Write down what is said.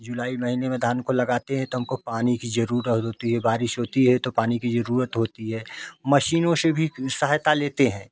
जुलाई महीने में धान को लगाते है तो हमको पानी की जरूरत होती है बारिश होती है तो पानी की जरूरत होती है मशीनों से भी सहायता लेते है